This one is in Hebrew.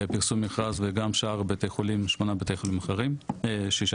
פרסום מכרז גם לשאר בתי החולים האחרים, ששה.